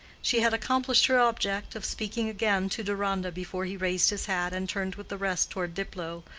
she had accomplished her object of speaking again to deronda before he raised his hat and turned with the rest toward diplow,